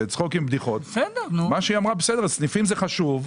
חשוב, אבל מה קורה עם סניפים קיימים,